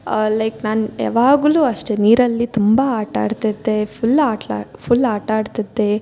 like ನಾನು ಯಾವಾಗ್ಲೂ ಅಷ್ಟೆ ನೀರಲ್ಲಿ ತುಂಬ ಆಟಾಡ್ತಿದ್ದೆ ಫುಲ್ ಆಟ ಫುಲ್ ಆಟಾಡ್ತಿದ್ದೆ